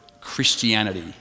Christianity